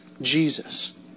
Jesus